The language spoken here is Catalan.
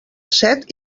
set